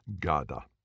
Gada